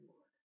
Lord